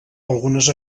algunes